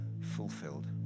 fulfilled